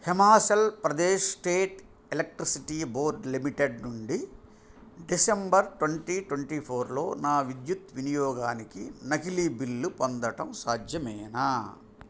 Himachal Pradesh state electricity board limited నుండి December twenty twenty ఫోర్లో నా విద్యుత్ వినియోగానికి నకిలీ బిల్లు పొందడం సాధ్యమేనా